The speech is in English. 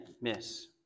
miss